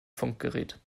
funkgerät